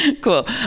cool